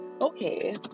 okay